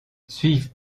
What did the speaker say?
suivent